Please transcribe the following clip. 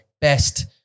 best